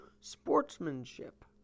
sportsmanship